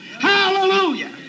Hallelujah